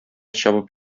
чабып